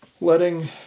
Letting